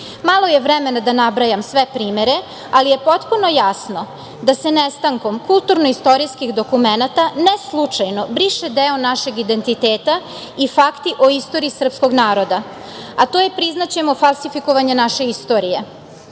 je vremena da nabrajam sve primere, ali je potpuno jasno da sa nestankom kulturno-istorijskih dokumenata ne slučajno briše deo našeg identiteta i fakti o istoriji srpskog naroda, a to je priznaćemo, falsifikovanje naše istorije. Iz